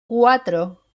cuatro